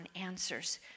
answers